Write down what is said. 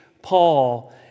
Paul